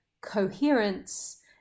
coherence